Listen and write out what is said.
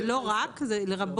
זה לא רק, זה לרבות.